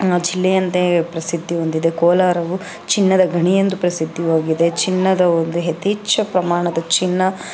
ಜಿಲ್ಲೆ ಎಂದೇ ಪ್ರಸಿದ್ಧಿ ಹೊಂದಿದೆ ಕೋಲಾರವು ಚಿನ್ನದ ಗಣಿ ಎಂದು ಪ್ರಸಿದ್ಧವಾಗಿದೆ ಚಿನ್ನದ ಒಂದು ಯಥೇಚ್ಛ ಪ್ರಮಾಣದ ಚಿನ್ನ